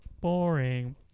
Boring